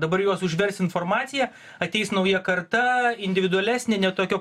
dabar juos užvers informacija ateis nauja karta individualesnė ne tokio